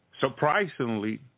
Surprisingly